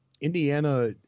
Indiana